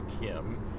Kim